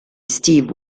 steve